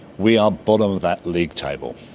we are bottom of that league table.